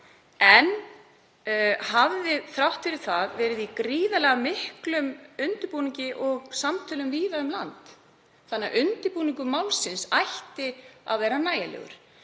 en hafði þrátt fyrir það verið í gríðarlega miklum undirbúningi og samtölum víða um land þannig að undirbúningur málsins ætti að vera nægilegur.